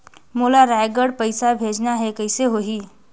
मोला रायगढ़ पइसा भेजना हैं, कइसे होही?